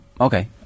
okay